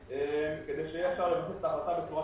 מתי זה אמור להגיע לממשלה?